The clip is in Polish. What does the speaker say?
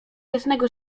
jasnego